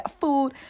food